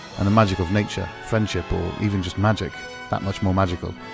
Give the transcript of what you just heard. and the magic of nature, friendship, or even just magic that much more magical.